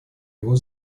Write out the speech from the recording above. его